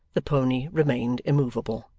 the pony remained immoveable.